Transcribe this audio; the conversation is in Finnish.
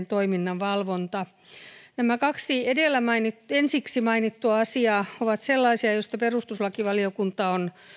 toiminnan valvonta nämä kaksi ensiksi mainittua asiaa ovat sellaisia joista perustuslakivaliokunta on